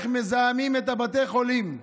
איך מזהמים את בתי החולים.